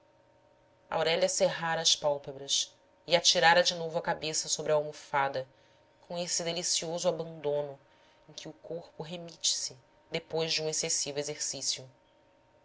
aurélia cerrara as pálpebras e atirara de novo a cabeça sobre a almofada com esse delicioso abandono em que o corpo remite se depois de um excessivo exercício